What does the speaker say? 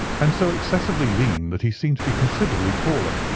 and so excessively lean that he seemed to be considerably taller.